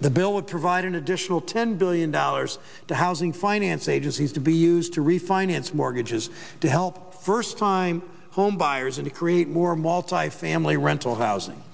the bill of provide an additional ten billion dollars to housing finance agencies to be used to refinance mortgages to help first time homebuyers and create more multifamily rental housing